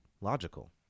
logical